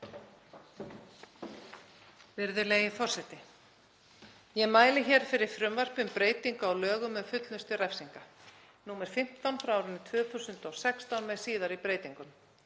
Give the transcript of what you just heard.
Virðulegi forseti. Ég mæli hér fyrir frumvarpi um breytingu á lögum um fullnustu refsinga nr. 15/2016 með síðari breytingum.